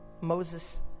Moses